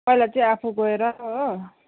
पहिला चाहिँ आफू गएर हो